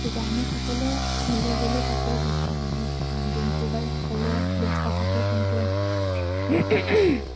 গতিকে আমি সকলোৱেই মিলি জুলি থাকোঁ যেতিয়া আমি দিনটো বাৰু সকলোৱেই ব্যস্ত থাকোঁ কিন্তু